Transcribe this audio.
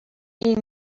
این